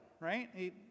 right